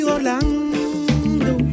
Orlando